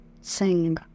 sing